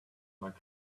like